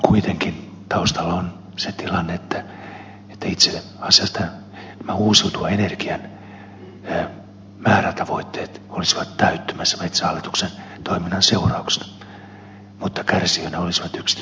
kuitenkin taustalla on se tilanne että itse asiassa uusiutuvan energian määrätavoitteet olisivat täyttymässä metsähallituksen toiminnan seurauksena mutta kärsijöinä olisivat yksityiset metsänomistajat